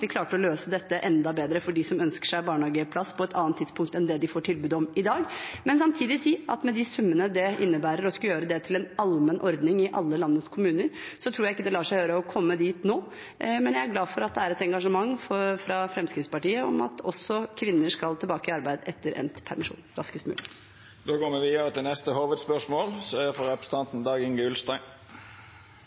vi klarte å løse dette enda bedre for dem som ønsker seg barnehageplass på et annet tidspunkt enn det de får tilbud om i dag. Men samtidig vil jeg si at med de summene det innebærer å skulle gjøre det til en allmenn ordning i alle landets kommuner, så tror jeg ikke det lar seg gjøre å komme dit nå. Men jeg er glad for at det er et engasjement i Fremskrittspartiet for at også kvinner raskest mulig skal tilbake i arbeid etter endt permisjon. Då går me vidare til neste